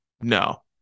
No